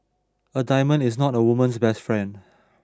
a diamond is not a woman's best friend